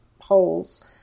holes